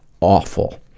awful